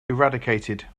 eradicated